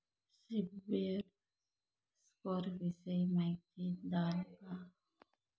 CIBIL score विषयी माहिती द्याल का?